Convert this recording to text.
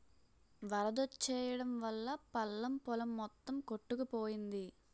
వరదొచ్చెయడం వల్లా పల్లం పొలం మొత్తం కొట్టుకుపోయింది